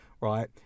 right